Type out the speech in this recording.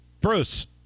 Bruce